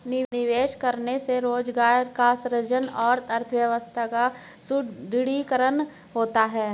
निवेश करने से रोजगार का सृजन और अर्थव्यवस्था का सुदृढ़ीकरण होता है